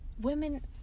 women